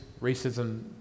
racism